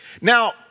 Now